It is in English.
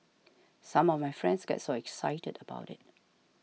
some of my friends get so excited about it